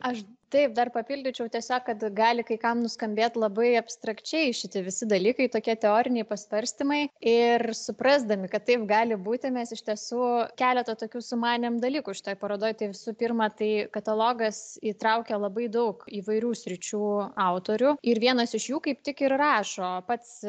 aš taip dar papildyčiau tiesiog kad gali kai kam nuskambėti labai abstrakčiai šitie visi dalykai tokie teoriniai pasvarstymai ir suprasdami kad taip gali būti mes iš tiesų keletą tokių sumanėm dalykų šitoj parodoj tai visų pirma tai katalogas įtraukia labai daug įvairių sričių autorių ir vienas iš jų kaip tik ir rašo pats